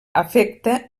afecta